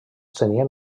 tenien